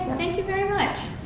thank you very much.